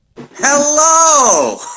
hello